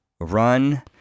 run